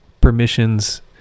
permissions